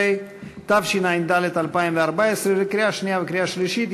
13), התשע"ד 2014, לקריאה שנייה ולקריאה שלישית.